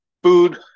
food